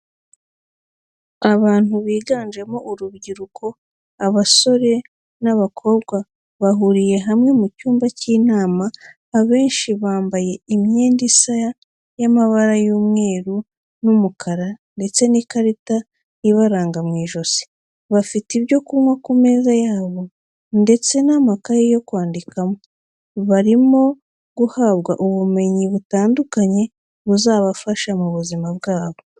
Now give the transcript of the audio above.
Abantu biganjemo urubyiruko abasore n'abakobwa bahuriye hamwe mu cyumba cy'inama, abenshi bambaye imyenda isa y'amabara y'umweru n'umukara ndetse n'ikarita ibaranga mu ijosi, bafite ibyo kunywa ku meza yabo ndetse n'amakaye yo kwandikamo, barimo guhabwa ubumenyi butandukanye buzabafasha mu buzima bwabo.